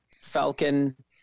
Falcon